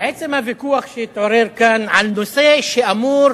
עצם הוויכוח שהתעורר כאן על נושא שאמור